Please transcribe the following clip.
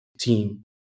team